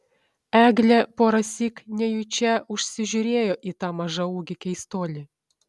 eglė porąsyk nejučia užsižiūrėjo į tą mažaūgį keistuolį